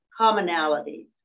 commonalities